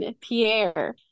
Pierre